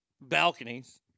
balconies